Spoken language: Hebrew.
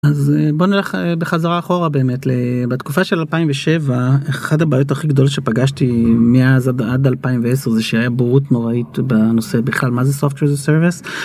אז בוא נלך בחזרה אחורה באמת בתקופה של 2007 אחד הבעיות הכי גדלות שפגשתי מאז עד 2010 זה שהיה בורות נוראית בנושא בכלל מה זה software as a service